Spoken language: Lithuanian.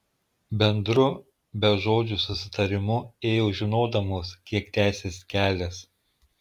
bendru bežodžiu susitarimu ėjo žinodamos kiek tęsis kelias